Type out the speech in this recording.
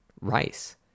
rice